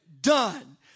done